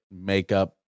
makeup